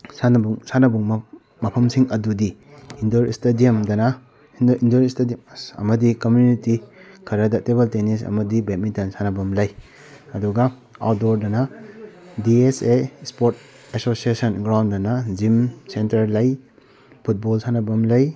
ꯁꯥꯟꯅꯕꯨꯡ ꯁꯥꯟꯅꯕꯨꯡ ꯃꯐꯝꯁꯤꯡ ꯑꯗꯨꯗꯤ ꯏꯟꯗꯣꯔ ꯏꯁꯇꯗꯤꯌꯝꯗꯅ ꯏꯟꯗꯣꯔ ꯏꯁꯇꯦꯗꯤꯌꯝ ꯑꯁ ꯑꯃꯗꯤ ꯀꯝꯃꯨꯅꯤꯇꯤ ꯈꯔꯗ ꯇꯦꯕꯜ ꯇꯦꯅꯤꯁ ꯑꯃꯗꯤ ꯕꯦꯗꯃꯤꯇꯟ ꯁꯥꯟꯅꯐꯝ ꯂꯩ ꯑꯗꯨꯒ ꯑꯥꯎꯠꯗꯣꯔꯗꯅ D S A sport association ꯒ꯭ꯔꯥꯎꯟꯗꯅ ꯖꯤꯝ ꯁꯦꯟꯇꯔ ꯂꯩ ꯐꯨꯠꯕꯣꯜ ꯁꯥꯟꯅꯐꯝ ꯂꯩ